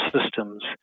systems